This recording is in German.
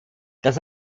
das